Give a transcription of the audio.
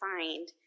find